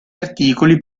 articoli